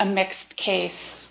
a mixed case